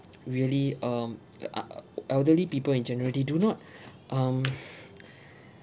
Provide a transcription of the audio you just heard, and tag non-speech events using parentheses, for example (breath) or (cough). really um uh uh elderly people in generally do not (breath) um (breath)